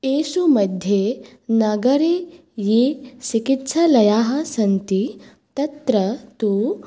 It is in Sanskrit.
एषु मध्ये नगरे ये चिकित्सालयाः सन्ति तत्र तु